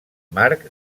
marc